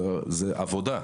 זאת עבודה.